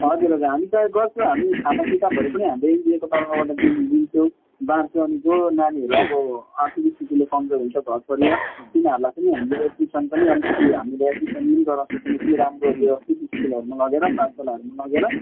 हजुर हजुर हामी सहयोग गर्छु हामी खाता किताबहरू पनि हाम्रो एनजिओको तर्फबाट दिन दिन्छु बाँड्छु अनि जो नानीहरू अब आर्थिक स्थितिले कमजोर हुन्छ घर परिवार तिनीहरूलाई पनि हामीले एड्मिसन पनि अलिकति हामीले एड्मिसन पनि गराउँछु कुनै पनि राम्रो व्यवस्थित स्कुलहरूमा लगेर पाठशालाहरूमा लगेर